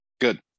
good